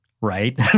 right